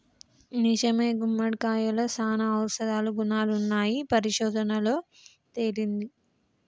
నిజమే గుమ్మడికాయలో సానా ఔషధ గుణాలున్నాయని పరిశోధనలలో తేలింది